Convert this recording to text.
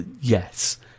yes